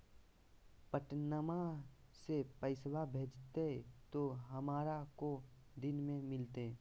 पटनमा से पैसबा भेजते तो हमारा को दिन मे मिलते?